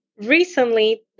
Recently